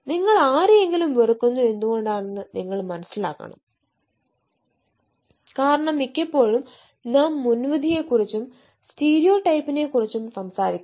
നിങ്ങൾ ആരെയെങ്കിലും വെറുക്കുന്നത് എന്തുകൊണ്ടാണെന്ന് നിങ്ങൾ മനസ്സിലാക്കണം കാരണം മിക്കപ്പോഴും നാം മുൻവിധിയെക്കുറിച്ചും സ്റ്റീരിയോടൈപ്പുകളെക്കുറിച്ചും സംസാരിക്കുന്നു